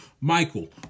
Michael